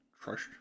Trust